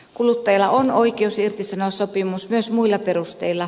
kuluttajalla on oikeus irtisanoa sopimus myös muilla perusteilla